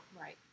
right